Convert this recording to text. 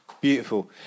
Beautiful